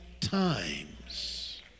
times